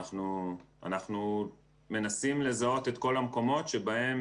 אנחנו מנסים לזהות את כל המקומות שבהם